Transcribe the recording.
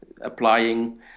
applying